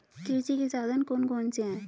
कृषि के साधन कौन कौन से हैं?